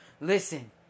Listen